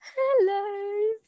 Hello